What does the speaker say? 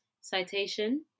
citation